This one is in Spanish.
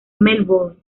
melbourne